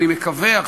אני מקווה,